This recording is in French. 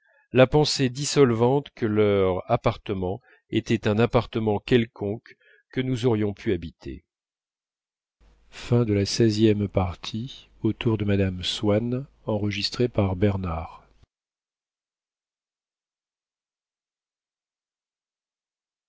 la pensée dissolvante que leur appartement était un appartement quelconque que nous aurions pu habiter